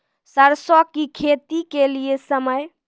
सरसों की खेती के लिए समय?